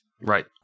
Right